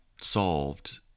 solved